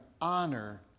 honor